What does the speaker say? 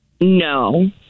No